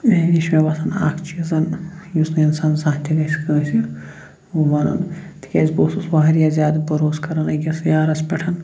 ٲں یہِ چھُ مےٚ باسان اکھ چیٖز یُس نہٕ اِنسان زانٛہہ تہِ گژھہِ کٲنسہِ وَنُن تِکیٛازِ بہٕ اوسُس واریاہ زیادٕ بھروسہٕ کران أکِس یارَس پٮ۪ٹھ